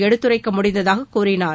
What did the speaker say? எடுத்துரைக்க முடிந்ததாக கூறினார்